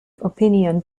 opinion